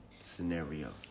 Scenario